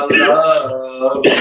love